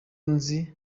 nzi